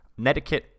netiquette